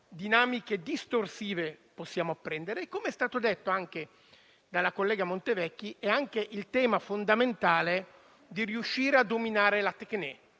dinamiche distorsive possiamo apprendere. Com'è stato detto anche dalla collega Montevecchi, è anche fondamentale il tema di riuscire a dominare la *téchne,*